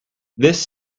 this